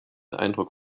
eindruck